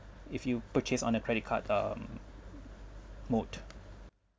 if you purchase on a credit card um mode